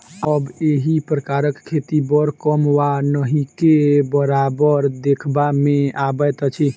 आब एहि प्रकारक खेती बड़ कम वा नहिके बराबर देखबा मे अबैत अछि